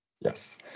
Yes